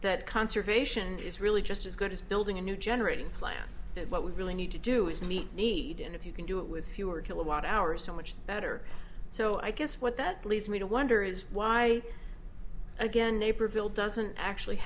that conservation is really just as good as building a new generating plant and what we really need to do is meet need and if you can do it with fewer kilowatt hours so much better so i guess what that leads me to wonder is why again naperville doesn't actually